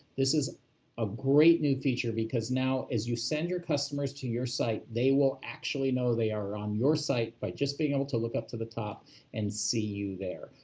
this is a great new feature because now as you send your customers to your site, they will actually know they are on your site by just being able to look up to the top and see you there.